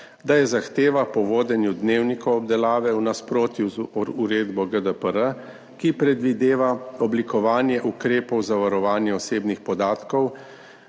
da je zahteva po vodenju dnevnikov obdelave v nasprotju z uredbo GDPR, ki predvideva oblikovanje ukrepov za varovanje osebnih podatkov